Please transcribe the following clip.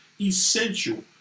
Essential